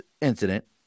incident